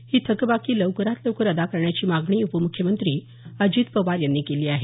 ही थकबाकी लवकरात लवकर अदा करण्याची मागणी उपम्ख्यमंत्री अजित पवार यांनी केली आहे